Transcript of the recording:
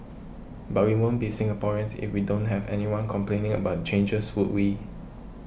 but we won't be Singaporeans if we don't have anyone complaining about the changes would we